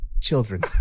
Children